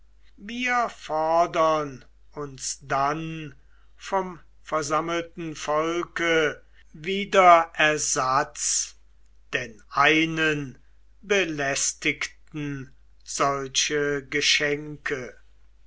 wir fordern uns dann vom versammelten volke wieder ersatz denn einen belästigten solche geschenke